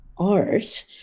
art